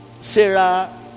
Sarah